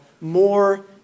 more